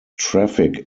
traffic